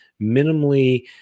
minimally